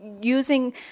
using